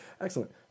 Excellent